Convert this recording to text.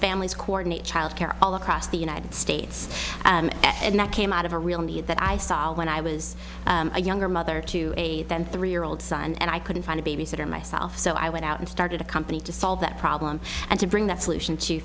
families coordinate child care all across the united states and that came out of a real need that i saw when i was a younger mother to a ten three year old son and i couldn't find a babysitter myself so i went out and started a company to solve that problem and to bring that solution to